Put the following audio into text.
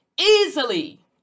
easily